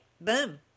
Boom